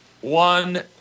one